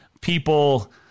people